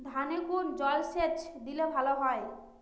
ধানে কোন জলসেচ দিলে ভাল হয়?